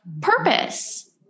purpose